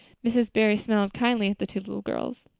mrs. barry smiled kindly at the two little girls.